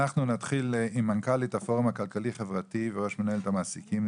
עם מנכ"לית הפורום הכלכלי חברתי וראש מנהלת המעסיקים,